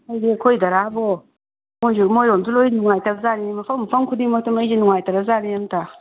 ꯑꯩꯗꯤ ꯑꯩꯈꯣꯏꯇꯔꯥꯕꯨ ꯃꯣꯏꯁꯨ ꯃꯣꯏꯔꯣꯝꯁꯨ ꯂꯣꯏ ꯅꯨꯡꯉꯥꯏꯇꯕ ꯖꯥꯠꯅꯤ ꯃꯐꯝ ꯃꯐꯝ ꯈꯨꯗꯤꯡꯃꯛꯇ ꯃꯩꯁꯦ ꯅꯨꯡꯉꯥꯏꯇ꯭ꯔꯖꯥꯠꯅꯤ ꯑꯝꯇ